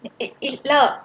it it lah